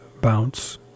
bounce